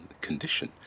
condition